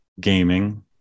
gaming